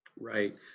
right